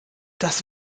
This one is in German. das